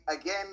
again